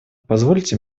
позвольте